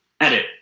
edit